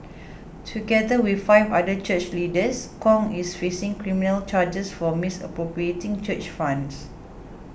together with five other church leaders Kong is facing criminal charges for misappropriating church funds